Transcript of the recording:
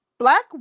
Black